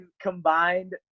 combined